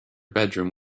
bedroom